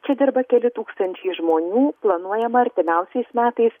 čia dirba keli tūkstančiai žmonių planuojama artimiausiais metais